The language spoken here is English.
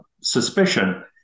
suspicion